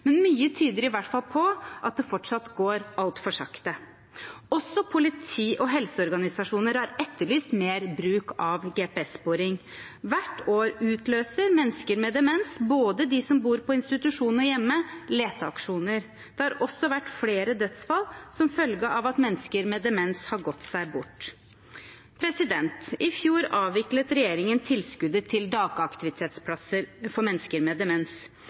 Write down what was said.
Men mye tyder i hvert fall på at det fortsatt går altfor sakte. Også politiet og helseorganisasjoner har etterlyst mer bruk av GPS-sporing. Hvert år utløser mennesker med demens, både de som bor på institusjon og de som bor hjemme, leteaksjoner. Det har også vært flere dødsfall som følge av at mennesker med demens har gått seg bort. I fjor avviklet regjeringen tilskuddet til dagaktivitetsplasser for mennesker med demens.